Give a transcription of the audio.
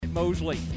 Mosley